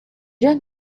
don’t